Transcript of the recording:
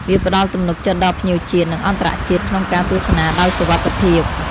វាផ្ដល់ទំនុកចិត្តដល់ភ្ញៀវជាតិ និងអន្តរជាតិក្នុងការទស្សនាដោយសុវត្ថិភាព។